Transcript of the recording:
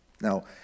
Now